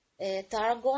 tarragon